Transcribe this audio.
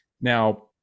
Now